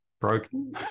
broken